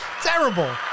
Terrible